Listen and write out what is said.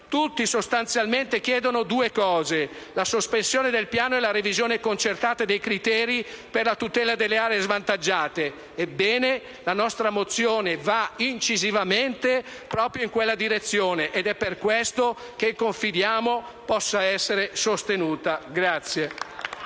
Tutti sostanzialmente chiedono due cose: la sospensione del piano e la revisione concertata dei criteri per la tutela delle aree svantaggiate. Ebbene, la nostra mozione va incisivamente proprio in quella direzione ed è per questo che confidiamo possa essere sostenuta.